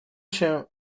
się